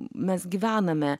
mes gyvename